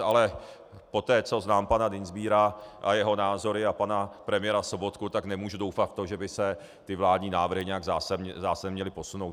Ale poté, co znám pana Dienstbiera a jeho názory a pana premiéra Sobotku, tak nemůžu doufat v to, že by se ty vládní návrhy nějak zásadně měly posunout.